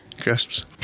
Crisps